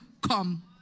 come